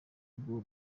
bw’uwo